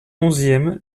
onzième